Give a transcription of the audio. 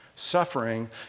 Suffering